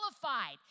qualified